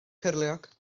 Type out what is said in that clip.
cyrliog